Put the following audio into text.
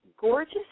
gorgeous